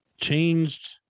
Changed